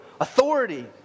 authority